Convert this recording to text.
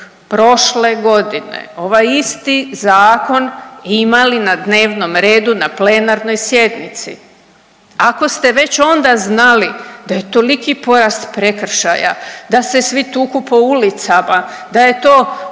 prošle godine ovaj isti zakon imali na dnevnom redu na plenarnoj sjednici. Ako ste već onda znali da je toliko porast prekršaja, da se svi tuku po ulicama, da je to